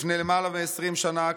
לפני למעלה מ-20 שנה,